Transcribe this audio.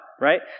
right